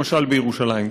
למשל בירושלים.